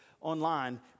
online